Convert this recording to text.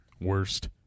Worst